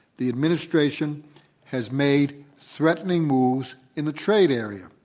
the administration has made threatening moves in the trade area.